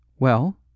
Well